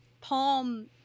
palm